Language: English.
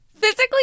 physically